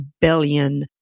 billion